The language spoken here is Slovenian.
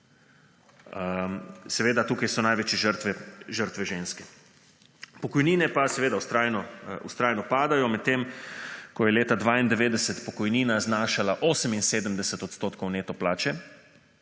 Seveda, tu so največje žrtve ženske. Pokojnine pa vztrajno padajo. Medtem ko je leta 1992 pokojnina znašala 78 % neto plače,